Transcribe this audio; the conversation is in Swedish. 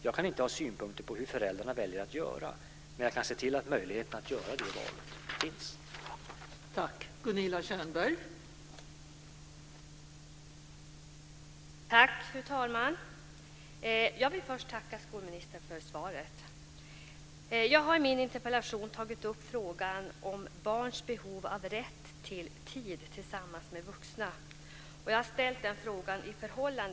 Jag kan inte ha synpunkter på hur föräldrarna väljer att göra, men jag kan se till att möjligheten att göra det valet finns.